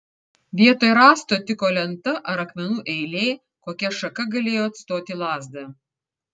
vietoj rąsto tiko lenta ar akmenų eilė kokia šaka galėjo atstoti lazdą